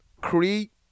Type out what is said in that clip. Create